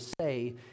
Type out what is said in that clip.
say